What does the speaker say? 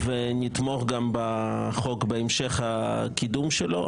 ונתמוך גם בחוק בהמשך הקידום שלו.